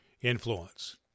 influence